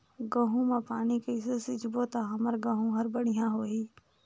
गहूं म पानी कइसे सिंचबो ता हमर गहूं हर बढ़िया होही?